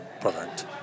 product